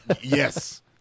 Yes